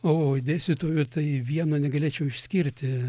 o dėstytojų tai vieno negalėčiau išskirti